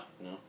No